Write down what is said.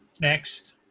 Next